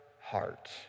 heart